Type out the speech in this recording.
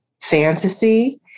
fantasy